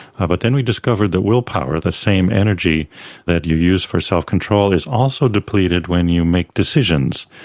ah but then we discovered that willpower, the same energy that you use for self-control, is also depleted when you make decisions.